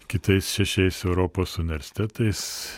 kitais šešiais europos universitetais